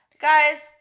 guys